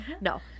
No